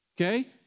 Okay